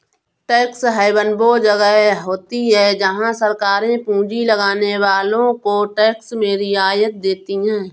tax haven वो जगह होती हैं जहाँ सरकारे पूँजी लगाने वालो को टैक्स में रियायत देती हैं